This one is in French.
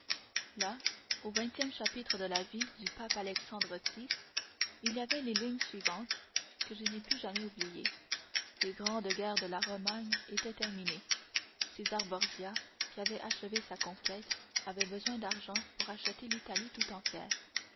là au vingtième chapitre de la vie du pape alexandre vi il y avait les lignes suivantes que je n'ai pu jamais oublier les grandes guerres de la romagne étaient terminées césar borgia qui avait achevé sa conquête avait besoin d'argent pour acheter l'italie tout entière